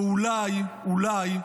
או אולי, אולי,